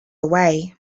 away